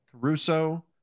Caruso